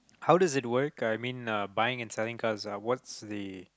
how is it work I mean uh buying and selling cars uh what's the